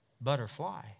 butterfly